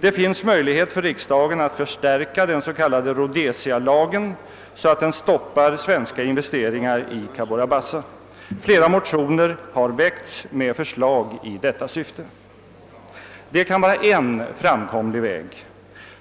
Det finns möjligheter för riksdagen att förstärka den s.k. Rhodesialagen så att den stoppar svenska investeringar i Cabora Bassa, och flera motioner har väckts med förslag i detta syfte. Detta kan vara en framkomlig väg.